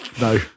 No